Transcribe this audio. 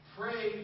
pray